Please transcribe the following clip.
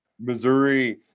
Missouri